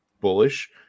bullish